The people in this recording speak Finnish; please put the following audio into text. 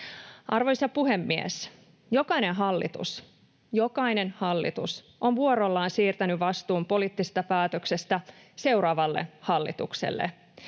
hallitus, jokainen hallitus, on vuorollaan siirtänyt vastuun poliittisesta päätöksestä seuraavalle hallitukselle